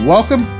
Welcome